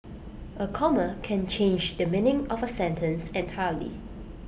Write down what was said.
A comma can change the meaning of A sentence entirely